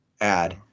add